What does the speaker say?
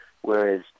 whereas